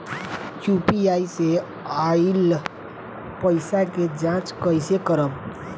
UPI से आइल पईसा के जाँच कइसे करब?